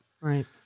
Right